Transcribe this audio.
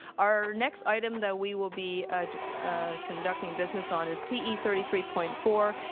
our next item that we will be ah ah conducting business on is t e three three point four,